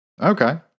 Okay